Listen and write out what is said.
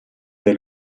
dai